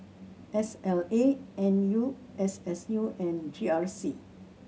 S L A N U S S U and G R C